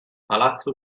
palazzo